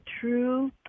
true